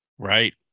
right